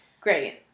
Great